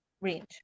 range